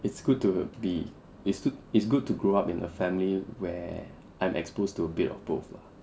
it's good to be it's good it's good to grow up in a family where I'm exposed to a bit of both lah